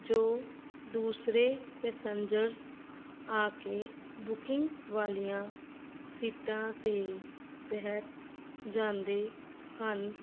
ਜੋ ਦੂਸਰੇ ਪੈਸੰਜਰਸ ਆ ਕੇ ਬੁਕਿੰਗ ਵਾਲੀਆਂ ਸੀਟਾਂ 'ਤੇ ਬੈਠ ਜਾਂਦੇ ਹਨ